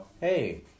Hey